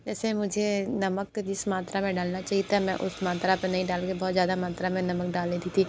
जैसे मुझे नमक जिस मात्रा में डालना चाहिए था मैं उस मात्रा में नहीं डाल के बहुत ज़्यादा मात्रा में नमक डाल देती थी